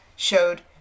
showed